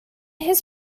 his